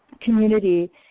community